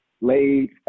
Late